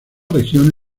región